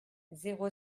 zéro